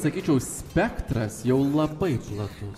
sakyčiau spektras jau labai platus